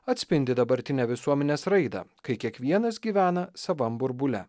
atspindi dabartinę visuomenės raidą kai kiekvienas gyvena savam burbule